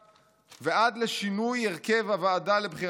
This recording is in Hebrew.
ועד לשינוי הרכב הוועדה לבחירת שופטים.